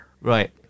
right